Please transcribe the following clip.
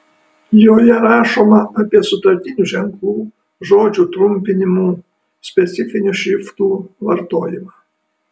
joje rašoma apie sutartinių ženklų žodžių trumpinimų specifinių šriftų vartojimą